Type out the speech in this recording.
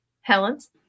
Helen's